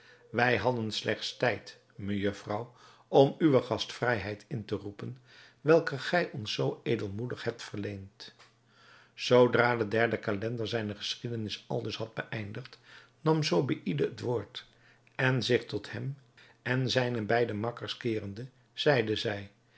wij hadden slechts tijd mejufvrouw om uwe gastvrijheid in te roepen welke gij ons zoo edelmoedig hebt verleend zoodra de derde calender zijne geschiedenis aldus had geëindigd nam zobeïde het woord en zich tot hem en zijne beide makkers keerende zeide zij